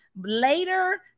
later